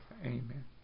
Amen